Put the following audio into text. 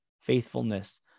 faithfulness